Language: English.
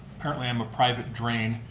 apparently i'm a private drain